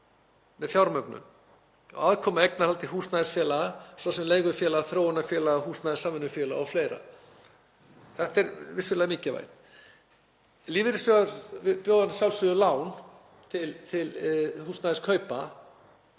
með fjármögnun og aðkomu að eignarhaldi húsnæðisfélaga, svo sem leigufélaga, þróunarfélaga, húsnæðissamvinnufélaga o.fl. Þetta er vissulega mikilvægt. Lífeyrissjóðir bjóða að sjálfsögðu lán til húsnæðiskaupa,